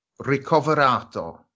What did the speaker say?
ricoverato